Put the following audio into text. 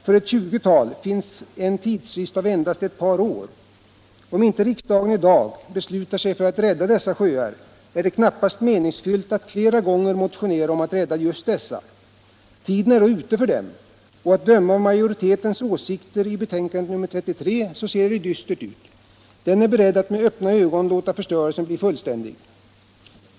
För ett tjugotal sjöar finns en tidsfrist av endast ett par år. Om inte riksdagen i dag beslutar sig för att rädda dessa sjöar, är det knappast meningsfullt att fler gånger motionera om att rädda just dessa. Tiden är då ute för dem. Och att döma av majoritetens åsikter i betänkandet nr 33 ser det dystert ut. Den är beredd att med öppna ögon låta förstörelsen bli fullständig.